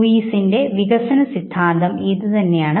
ലൂയിസിന്റെ വികസന സിദ്ധാന്തം പറയുന്നതും ഇതുതന്നെയാണ്